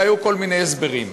והיו כל מיני הסברים.